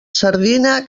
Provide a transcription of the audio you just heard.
sardina